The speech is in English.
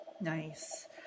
Nice